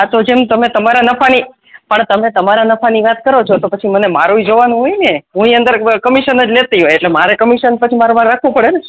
આ તો છે ને તમે તમારા નફાની તમે તમારા નફાની વાત કરો છો તો પછી મને પછી મને મારું જોવું પડે ને મારે કમિશન લેતો હોય પછી મારે કમિશન રાખવું પડે ને